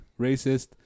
racist